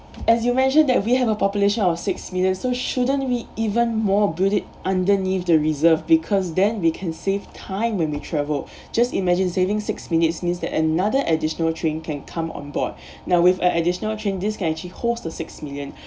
as you mentioned that we have a population of six million so shouldn't we even more build it underneath the reserve because then we can save time when we traveled just imagine saving six minutes means that another additional train can come on board now with a additional train this can actually hosts the six million